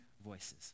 voices